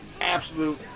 absolute